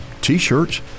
t-shirts